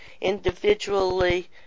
individually